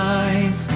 eyes